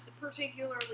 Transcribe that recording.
particularly